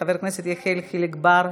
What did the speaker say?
חבר הכנסת יחיאל חיליק בר,